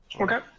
Okay